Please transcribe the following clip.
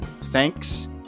thanks